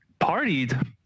partied